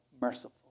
merciful